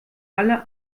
alle